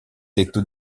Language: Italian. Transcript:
tetto